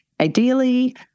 ideally